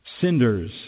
cinders